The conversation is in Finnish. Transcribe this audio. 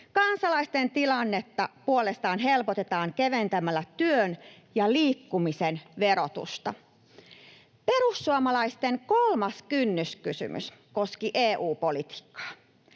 Kansalaisten tilannetta puolestaan helpotetaan keventämällä työn ja liikkumisen verotusta. Perussuomalaisten kolmas kynnyskysymys koski EU-politiikkaa.